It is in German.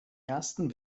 ersten